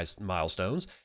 milestones